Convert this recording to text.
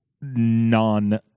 non